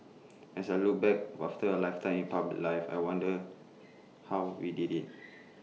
as I look back after A lifetime in public life I wonder how we did IT